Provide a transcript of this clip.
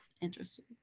interesting